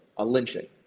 a lynching.